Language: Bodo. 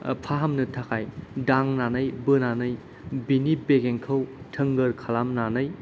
फाहामनो थाखाय दांनानै बोनानै बेनि बेगेंखौ थोंगोर खालामनानै